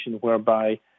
whereby